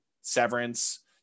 Severance